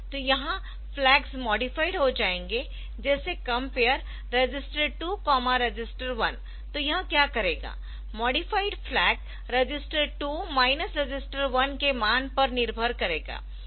तो यहाँ flags modified हो जायेंगे जैसे compare register 2 register 1Compare register 2 register1 तो यह क्या करेगा modified flag register 2 minus register 1 के मान पर निर्भर करेगा